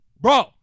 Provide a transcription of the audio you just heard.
Bro